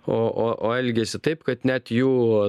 o o o elgiasi taip kad net jų